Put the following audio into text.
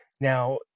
Now